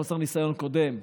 חוסר ניסיון קודם,